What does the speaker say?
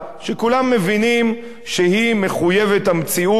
שכולם מבינים שהיא מחויבת המציאות,